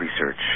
research